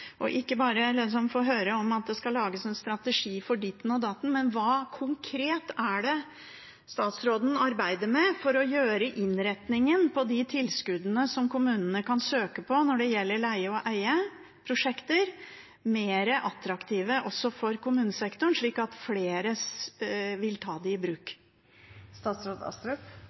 og vil ikke bare høre at det skal lages en strategi for ditt og datt: Hva konkret er det statsråden arbeider med for å gjøre innretningen på de tilskuddene som kommunene kan søke på når det gjelder leie-til-eie-prosjekter, mer attraktive også for kommunesektoren, slik at flere vil ta det i bruk?